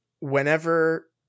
whenever